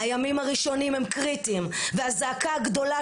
הימים הראשונים הם קריטיים והזעקה הגדולה